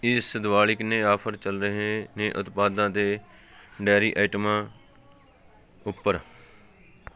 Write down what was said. ਇਸ ਦਿਵਾਲੀ ਕਿੰਨੇ ਆਫ਼ਰ ਚੱਲ ਰਹੇ ਨੇ ਉਤਪਾਦਾਂ ਦੇ ਡਾਇਰੀ ਆਈਟਮਾਂ ਉੱਪਰ